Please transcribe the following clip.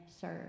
serve